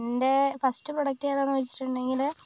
എൻ്റെ first product ഏതാണെന്ന് ചോദിച്ചിട്ടുണ്ടെങ്കിൽ